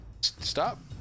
Stop